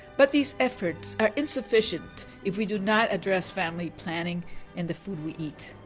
but these efforts are insufficient if we do not address family planning and the food we eat.